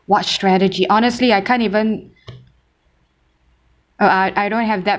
what strategy honestly I can't even uh I I don't have that